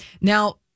Now